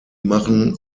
machen